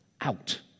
Out